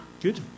Good